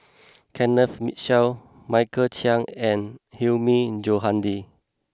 Kenneth Mitchell Michael Chiang and Hilmi Johandi